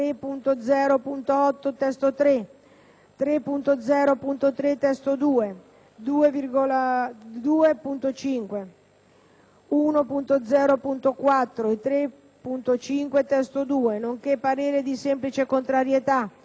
3.0.3 (testo 2), 2.5, 1.0.4 e 3.5 (testo 2), nonché parere di semplice contrarietà sulle proposte 3.10,